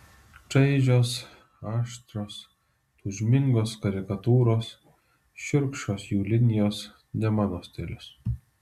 čaižios aštrios tūžmingos karikatūros šiurkščios jų linijos ne mano stilius